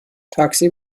تاکسی